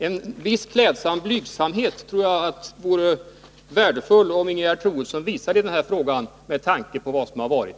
Det vore också värdefullt om Ingegerd Troedsson i den här frågan kunde uppvisa en viss, klädsam blygsamhet med tanke på vad som har förevarit.